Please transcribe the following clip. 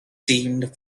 seemed